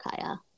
Kaya